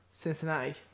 Cincinnati